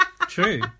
true